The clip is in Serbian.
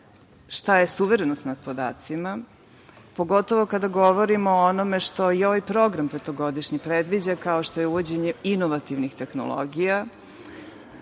šta je suverenost nad podacima, pogotovo kada govorimo i o onome što ovaj petogodišnji program predviđa, kao što je uvođenje inovativnih tehnologija,